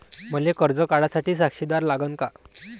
मले कर्ज काढा साठी साक्षीदार लागन का?